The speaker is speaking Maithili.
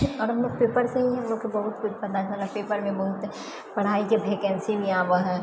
और हमलोग पेपर से ही हमलोग बहुत किछु पता चलए पेपरमे बहुत पढ़ाइके भेकेन्सी भी आबए है